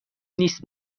نیست